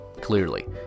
clearly